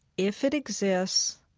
if it exists,